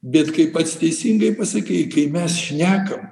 bet kaip pats teisingai pasakei kai mes šnekam